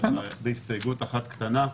בהסתייגות אחת קטנה: